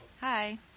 hi